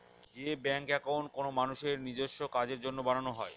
যে bank account কোনো মানুষের নিজেস্ব কাজের জন্য বানানো হয়